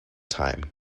time